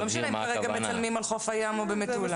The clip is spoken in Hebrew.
-- זה לא משנה אם כרגע מצלמים עכשיו בחוף הים או במטולה.